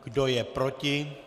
Kdo je proti?